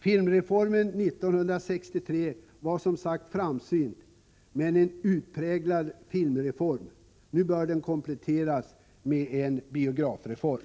Filmreformen 1963 var som sagt framsynt, men det var en utpräglad filmreform. Nu bör den kompletteras med en biografreform.